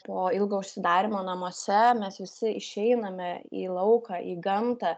po ilgo užsidarymo namuose mes visi išeiname į lauką į gamtą